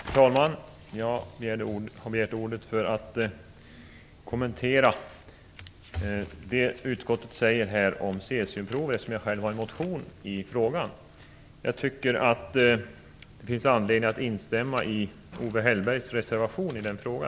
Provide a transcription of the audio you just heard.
Herr talman! Jag har begärt ordet för att kommentera vad utskottet säger om cesiumprover, eftersom jag själv har en motion i frågan. Jag tycker att det finns anledning att instämma i Owe Hellbergs reservation i den frågan.